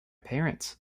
parents